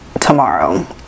tomorrow